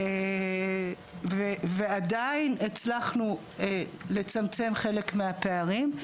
ועדיין הצלחנו לצמצם חלק מהפערים.